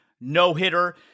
no-hitter